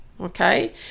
Okay